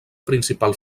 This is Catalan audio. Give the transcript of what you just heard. principal